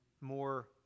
more